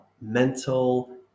mental